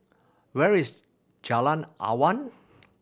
where is Jalan Awan